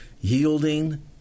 yielding